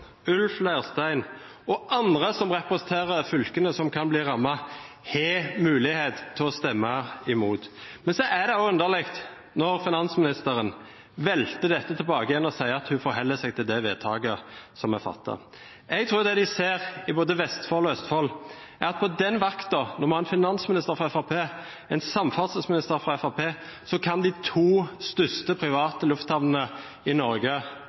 Ulf Leirstein og andre som representerer fylkene som kan bli rammet, har mulighet til å stemme imot. Det er underlig når finansministeren velter dette tilbake og sier at hun forholder seg til vedtaket som er fattet. Jeg tror at en både i Vestfold og i Østfold ser at på den vakten en har en finansminister fra Fremskrittspartiet og en samferdselsminister fra Fremskrittspartiet, kan de to største private lufthavnene i Norge